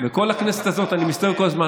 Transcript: בכל הכנסת הזאת אני מסתובב כל הזמן,